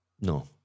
No